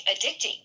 addicting